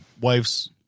wife's